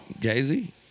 Jay-Z